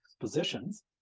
positions